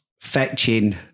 fetching